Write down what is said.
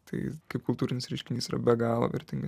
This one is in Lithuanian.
tai kaip kultūrinis reiškinys yra be galo vertingas